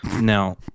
Now